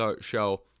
show